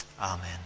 Amen